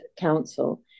council